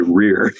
rear